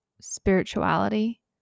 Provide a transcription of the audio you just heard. spirituality